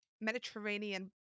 Mediterranean